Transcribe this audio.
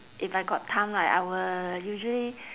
if I got time right I will usually